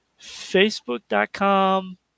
Facebook.com